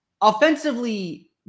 offensively